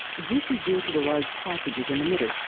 this is due to the large passages in the middle,